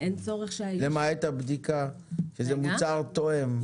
למעט הבדיקה שזה מוצר תואם.